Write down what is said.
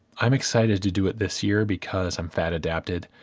i'm excited to do it this year, because i'm fat-adapted,